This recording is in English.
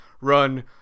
run